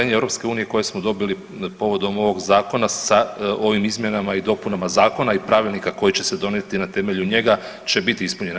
Ono EU koje smo dobili povodom ovog zakona sa ovim izmjenama i dopunama zakona i pravilnika koji će se donijeti na temelju njega će biti ispunjeno.